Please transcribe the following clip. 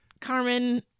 Carmen